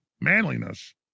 manliness